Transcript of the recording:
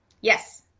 Yes